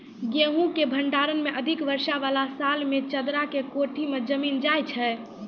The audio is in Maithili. गेहूँ के भंडारण मे अधिक वर्षा वाला साल मे चदरा के कोठी मे जमीन जाय छैय?